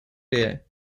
there